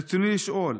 רצוני לשאול: